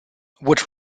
wood